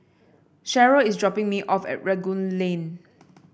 Sheryll is dropping me off at Rangoon Lane